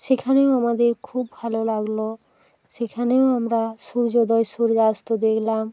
সেখানেও আমাদের খুব ভালো লাগল সেখানেও আমরা সূর্যোদয় সূর্যাস্ত দেখলাম